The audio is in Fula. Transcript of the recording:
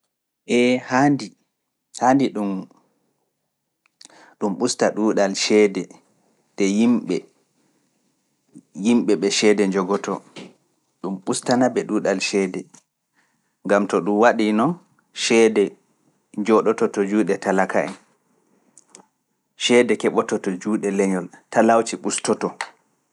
E! haandi ɗum ɓusta ɗuuɗal ceede de yimɓe ɓe ceede njogoto. Dɗum ustana ɓe ɗuuɗal ceede, ngam to ɗum waɗii non ceede jooɗoto to juuɗe talaka en, ceede keɓoto juuɗe leñol, talakaku ustoto.